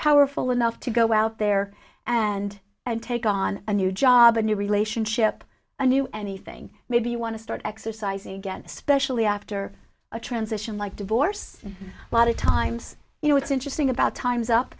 powerful enough to go out there and and take on a new job a new relationship a new anything maybe you want to start exercising again especially after a transition like divorce lot of times you know what's interesting about time's up